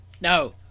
no